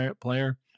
player